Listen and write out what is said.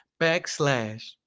backslash